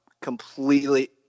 Completely